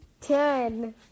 ten